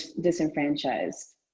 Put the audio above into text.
disenfranchised